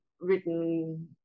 written